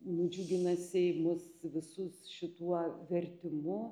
nudžiuginasiai mus visus šituo vertimu